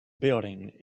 building